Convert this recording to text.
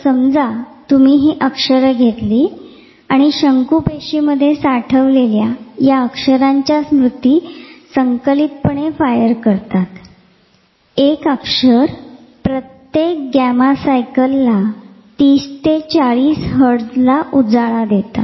तर समजा तुम्ही ही अक्षरे घेतली आणि शंकू पेशीमध्ये साठवलेल्या या अक्षरांच्या स्मृती संकलितपणे फायर करतात एक अक्षर प्रत्येक गॅमा सायकलला 30 40 हर्ट्झला उजाळा देतात